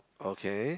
okay